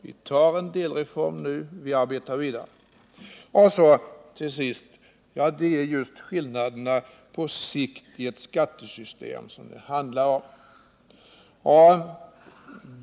Vi tar en delreform nu, och så arbetar vi vidare. Det är just skillnaderna på sikt som det handlar om.